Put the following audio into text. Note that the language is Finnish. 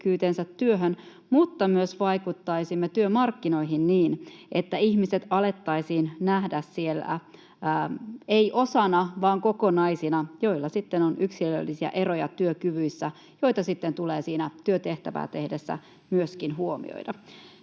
työhön, mutta myös vaikuttaisimme työmarkkinoihin niin, että ihmiset alettaisiin nähdä siellä ei osana vaan kokonaisina, joilla sitten on yksilöllisiä eroja työkyvyissä, joita sitten tulee siinä työtehtävää tehdessä myöskin huomioida.